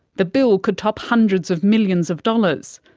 the bill could top hundreds of millions of dollars.